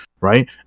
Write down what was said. right